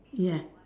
ya